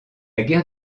guerre